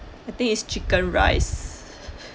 I think it's chicken rice